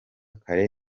kare